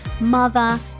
mother